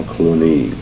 Cluny